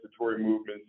movements